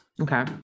okay